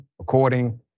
according